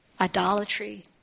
Idolatry